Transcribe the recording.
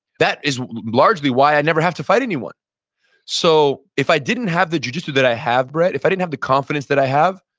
that is largely why i never have to fight anyone so if i didn't have the jujitsu that i have brett, if i didn't have the confidence that i have,